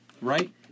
Right